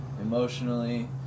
emotionally